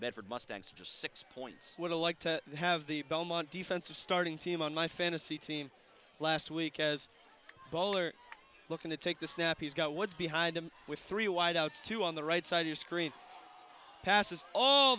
that for mustangs just six points would've liked to have the belmont defensive starting team on my fantasy team last week as a bowler looking to take the snap he's got what's behind him with three wide outs to on the right side your screen passes all